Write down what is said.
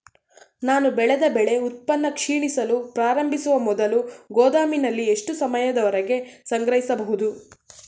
ನಾನು ಬೆಳೆದ ಬೆಳೆ ಉತ್ಪನ್ನ ಕ್ಷೀಣಿಸಲು ಪ್ರಾರಂಭಿಸುವ ಮೊದಲು ಗೋದಾಮಿನಲ್ಲಿ ಎಷ್ಟು ಸಮಯದವರೆಗೆ ಸಂಗ್ರಹಿಸಬಹುದು?